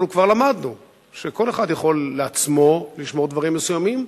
אנחנו כבר למדנו שכל אחד יכול לשמור לעצמו דברים מסוימים,